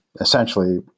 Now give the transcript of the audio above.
essentially